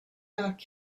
back